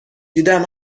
دیدم